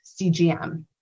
CGM